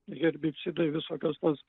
herbicidai visokios tos